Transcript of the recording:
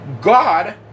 God